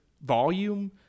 volume